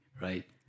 Right